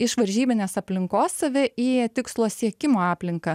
iš varžybinės aplinkos save į tikslo siekimo aplinką